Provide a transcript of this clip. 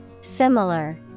Similar